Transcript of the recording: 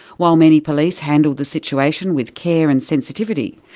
while many police handled the situation with care and sensitivity,